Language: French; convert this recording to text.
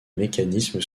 mécanisme